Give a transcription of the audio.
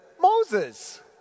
Moses